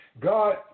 God